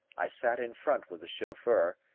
i sat in front with the chauffeur,